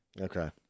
Okay